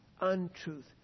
untruth